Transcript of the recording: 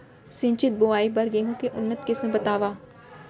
सिंचित बोआई बर गेहूँ के उन्नत किसिम बतावव?